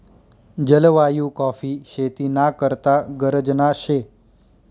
जलवायु काॅफी शेती ना करता गरजना शे